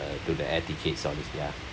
to the air tickets obviously ya